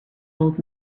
old